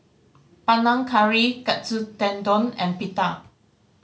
Panang Curry Katsu Tendon and Pita